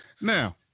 Now